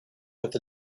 with